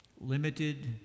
limited